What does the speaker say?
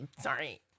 Sorry